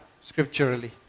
scripturally